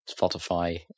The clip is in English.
Spotify